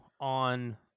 on